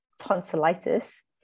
tonsillitis